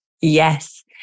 Yes